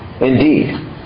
Indeed